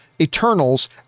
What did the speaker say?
Eternals